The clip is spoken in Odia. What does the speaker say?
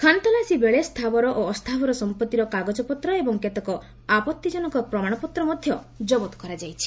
ଖାନତଲାସୀ ବେଳେ ସ୍ଥାବର ଓ ଅସ୍ଥାବର ସମ୍ପତ୍ତିର କାଗଜପତ୍ର ଏବଂ କେତେକ ଆପତ୍ତିଜନକ ପ୍ରମାଣପତ୍ର ମଧ୍ୟ ଜବତ କରାଯାଇଛି